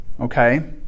Okay